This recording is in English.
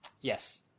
Yes